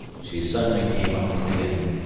she suddenly came up to me and,